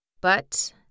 But